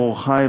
ברור-חיל,